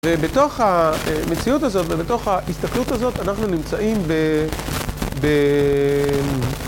ובתוך המציאות הזאת, ובתוך ההסתכלות הזאת, אנחנו נמצאים ב...